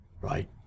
Right